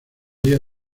día